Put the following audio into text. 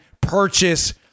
purchase